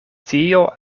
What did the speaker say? tio